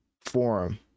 forum